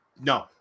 No